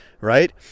right